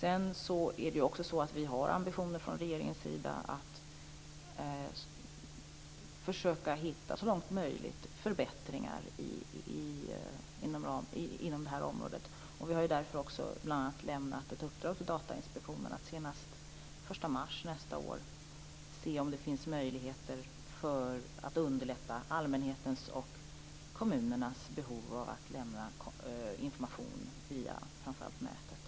Vi har också ambitioner från regeringens sida att så långt möjligt försöka hitta förbättringar inom detta område. Vi har därför också bl.a. lämnat ett uppdrag till Datainspektionen att senast den 1 mars nästa år utreda om det finns möjligheter att underlätta allmänhetens och kommunernas behov av att lämna information via framför allt nätet.